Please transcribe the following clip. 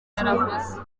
yarakoze